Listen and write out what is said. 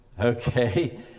okay